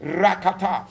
rakata